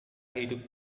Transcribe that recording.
hidup